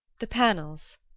the panels.